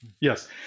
Yes